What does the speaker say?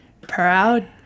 proud